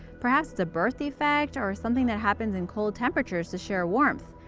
perhaps it's a birth defect, or something that happens in cold temperatures to share warmth.